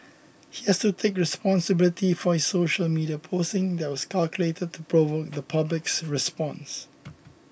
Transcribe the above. he has to take responsibility for his social media posing that was calculated to provoke the public's response